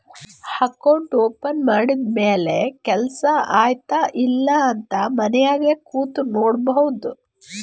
account open ಮಾಡಿದ ಮ್ಯಾಲ ಕೆಲ್ಸಾ ಆಯ್ತ ಇಲ್ಲ ಅಂತ ಮನ್ಯಾಗ್ ಕುಂತೆ ನೋಡ್ಬೋದ್